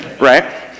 Right